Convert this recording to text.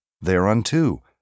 thereunto